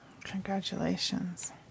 Congratulations